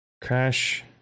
Crash